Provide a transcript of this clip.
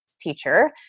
teacher